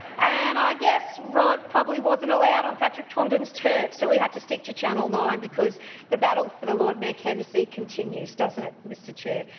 and i guess rod probably wasn't allowed on patrick condren's turf, so he had to stick to channel nine because the battle for the lord mayor candidacy continues, doesn't it, mr chair.